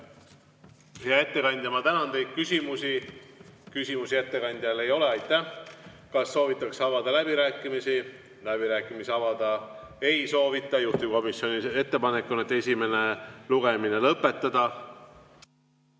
Hea ettekandja, ma tänan teid! Küsimusi ettekandjale ei ole. Aitäh! Kas soovitakse avada läbirääkimisi? Läbirääkimisi avada ei soovita. Juhtivkomisjoni ettepanek on esimene lugemine lõpetada.